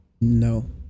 No